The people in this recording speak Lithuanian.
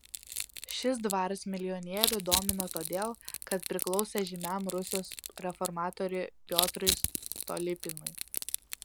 šis dvaras milijonierių domino todėl kad priklausė žymiam rusijos reformatoriui piotrui stolypinui